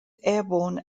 airborne